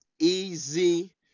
E-Z